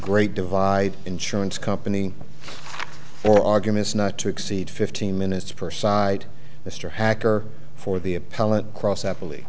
great divide insurance company or arguments not to exceed fifteen minutes per side mr hacker for the appellate cross happily